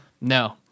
No